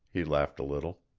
he laughed a little.